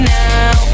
now